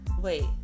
Wait